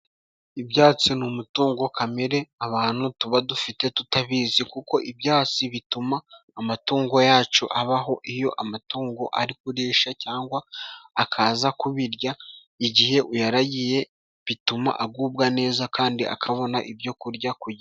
Ibyatsi ni umutungo kamere abantu tuba dufite tutabizi kuko ibyasi bituma amatungo yacu abaho. Iyo amatungo ari kurisha cyangwa akaza kubirya igihe uyaragiye bituma agubwa neza kandi akabona ibyo kurya .